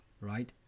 right